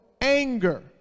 Anger